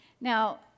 Now